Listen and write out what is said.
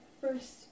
first